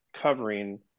covering